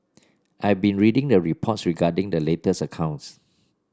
I have been reading the reports regarding the latest accounts